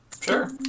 Sure